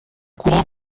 courant